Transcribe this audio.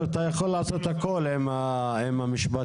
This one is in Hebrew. הנושא עכשיו מתקשר אליו בצורה